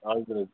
हजुर